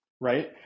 right